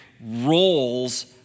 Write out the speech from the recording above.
roles